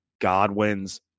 godwin's